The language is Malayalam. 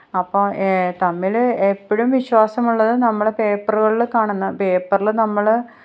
അപ്പോൾ തമ്മിൽ എപ്പോഴും വിശ്വാസമുള്ളത് നമ്മൾ പേപ്പറുകളിൽ കാണുന്ന പേപ്പറിൽ നമ്മൾ